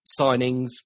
signings